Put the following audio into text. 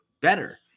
better